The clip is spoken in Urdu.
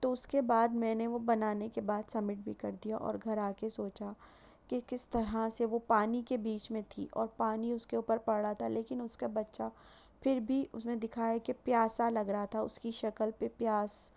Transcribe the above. تو اس کے بعد میں نے وہ بنانے کے بعد سبمٹ بھی کر دیا اور گھر آ کے سوچا کہ کس طرح سے وہ پانی کے بیچ میں تھی اور پانی اس کے اوپر پڑ رہا تھا لیکن اس کا بچہ پھر بھی اس نے دکھایا کہ پیاسا لگ رہا تھا اس کی شکل پہ پیاس